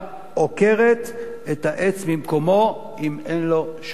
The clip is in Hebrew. עוקרת את העץ ממקומו אם אין לו שורשים.